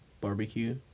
barbecue